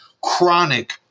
chronic